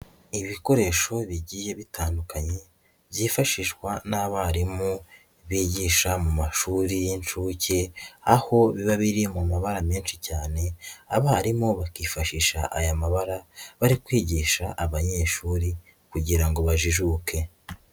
Ibikoresho bigiye bitandukanye byifashishwa n'abarimu bigisha mu mashuri y'inshuke, aho biba biri mu mabara menshi cyane abarimu bakifashisha aya mabara bari kwigisha abanyeshuri kugira ngo bajijuke.